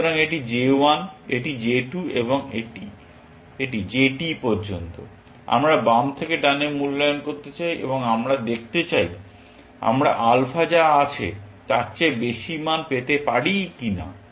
সুতরাং এটি j 1 এটি j 2 এবং j t পর্যন্ত আমরা বাম থেকে ডানে মূল্যায়ন করতে চাই এবং আমরা দেখতে চাই আমরা আলফা যা আছে তার চেয়ে বেশি মান পেতে পারি কিনা